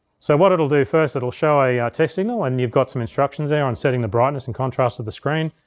so what it'll do first, it'll show a test signal and you've got some instructions there on setting the brightness and contrast of the screen.